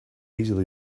easily